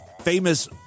famous